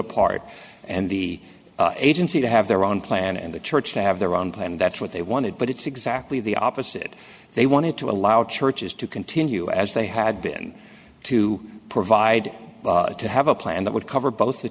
apart and the agency to have their own plan and the church to have their own plan and that's what they wanted but it's exactly the opposite they wanted to allow churches to continue as they had been to provide to have a plan that would cover both the